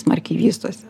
smarkiai vystosi